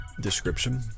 description